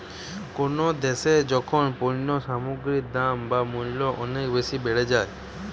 কোনো দ্যাশে যখন পণ্য সামগ্রীর দাম বা মূল্য অনেক বেশি বেড়ে যায়